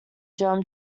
drum